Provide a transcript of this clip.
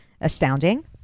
astounding